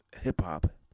hip-hop